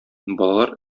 балалар